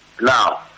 Now